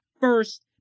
first